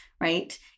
right